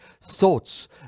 thoughts